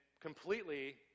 completely